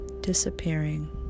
disappearing